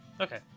Okay